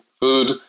food